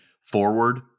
forward